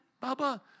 Baba